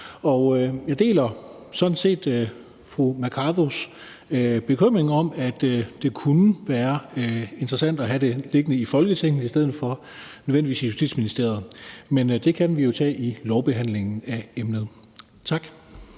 Jeg deler sådan set fru Mai Mercados bekymring, i forhold til at det kunne være interessant at have det liggende i Folketinget, i stedet for at det nødvendigvis skal ligge i Justitsministeriet. Men det kan vi jo tage i lovbehandlingen af emnet.